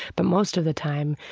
but most of the time,